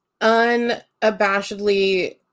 unabashedly